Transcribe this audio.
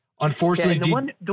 unfortunately